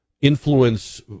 influence